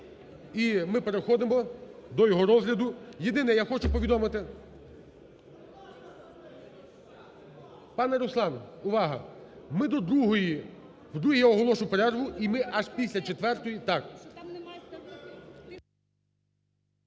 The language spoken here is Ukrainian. І ми переходимо до його розгляду. Єдине, я хочу повідомити… Пане Руслан, увага! Ми до другої… о другій я оголошу перерву, і ми аж після четвертої… Так.